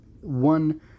one